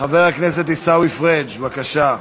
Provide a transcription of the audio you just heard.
חבר הכנסת עיסאווי פריג', בבקשה.